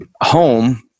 home